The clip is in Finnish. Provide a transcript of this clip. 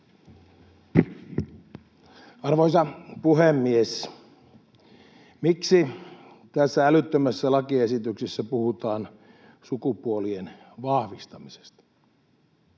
Arvoisa puhemies! Miksi tässä älyttömässä lakiesityksessä puhutaan sukupuolien vahvistamisesta?